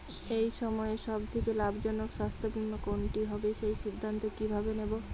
এই সময়ের সব থেকে লাভজনক স্বাস্থ্য বীমা কোনটি হবে সেই সিদ্ধান্ত কীভাবে নেব?